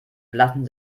lassen